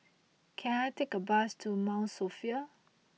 can I take a bus to Mount Sophia